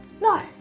No